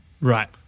right